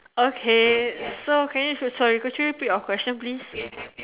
okay so can you so sorry could you repeat your question please